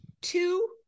two